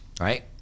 Right